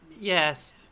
Yes